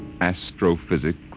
astrophysics